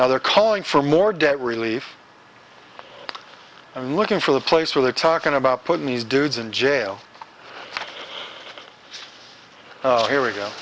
now they're calling for more debt relief i'm looking for the place where they're talking about putting these dudes in jail oh here we go